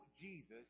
Jesus